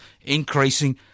increasing